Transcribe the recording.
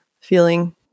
feeling